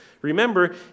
Remember